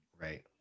Right